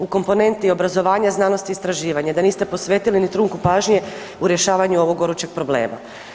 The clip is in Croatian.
U komponenti „Obrazovanje, znanost i istraživanje“, da niste posvetili ni trunku pažnje u rješavanje ovog gorućeg problema.